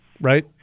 right